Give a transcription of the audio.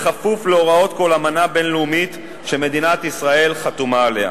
כפוף להוראות כל אמנה בין-לאומית שמדינת ישראל חתומה עליה,